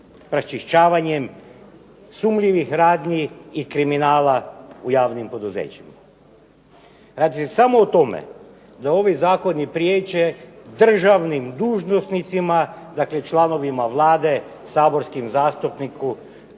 pročišćavanjem sumnjivih radnji i kriminala u javnim poduzećima. Radi se samo o tome da ovi zakoni priječe državnim dužnosnicima, dakle članovima Vlade, saborskim zastupnicima,